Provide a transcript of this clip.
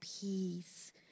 peace